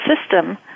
system